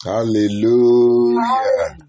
Hallelujah